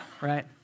right